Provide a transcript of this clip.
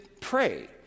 pray